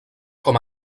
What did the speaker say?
com